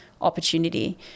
opportunity